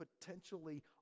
potentially